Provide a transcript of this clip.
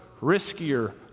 riskier